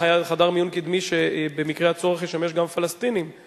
חדר מיון קדמי שבמקרה הצורך ישמש גם פלסטינים,